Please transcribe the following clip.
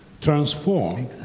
transform